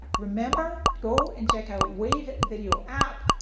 remember go and check out wave video app,